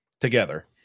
together